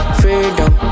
freedom